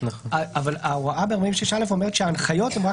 אבל ההוראה בסעיף 46(א) אומרת שההנחיות הן רק